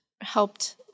helped